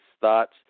thoughts